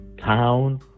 town